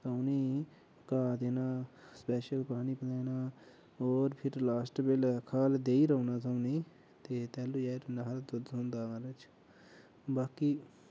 उ'नेंगी घा देना स्पेशल पानी पलैना होर फिर लास्ट बैल्ले खल देई'र औना सौह्ना ई ते तैलू इन्ना हारा दुद्ध थ्होंदा महाराज बाकी